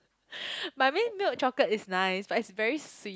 I mean milk chocolate is nice but it's very sweet